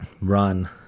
run